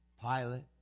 Pilate